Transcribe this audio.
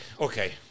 okay